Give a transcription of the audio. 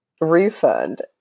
refund